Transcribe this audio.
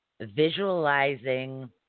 Visualizing